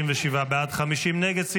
57 בעד, 50 נגד.